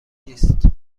نیست